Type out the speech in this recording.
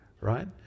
right